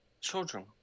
Children